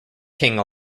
king